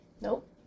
nope